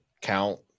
count